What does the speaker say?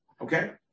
Okay